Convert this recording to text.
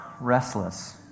restless